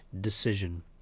decision